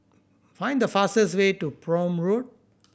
find the fastest way to Prome Road